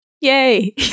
yay